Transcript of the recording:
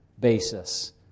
basis